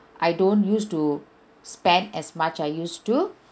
I don't used to spend as much I used to